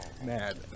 mad